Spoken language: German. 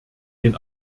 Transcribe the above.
den